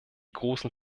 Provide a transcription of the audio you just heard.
großen